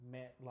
Met